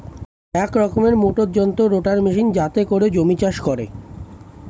এক রকমের মোটর যন্ত্র রোটার মেশিন যাতে করে জমি চাষ করে